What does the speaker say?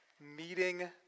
meeting